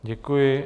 Děkuji.